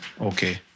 Okay